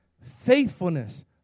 faithfulness